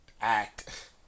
act